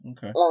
Okay